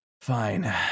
fine